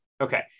Okay